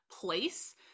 place